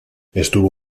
estuvo